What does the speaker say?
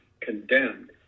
condemned